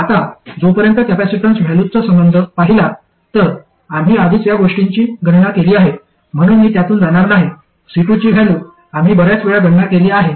आता जोपर्यंत कॅपेसिटन्स व्हॅल्यूजचा संबंध पाहिला तर आम्ही आधीच या गोष्टींची गणना केली आहे म्हणून मी त्यातून जाणार नाही C2 ची व्हॅल्यू आम्ही बर्याच वेळा गणना केली आहे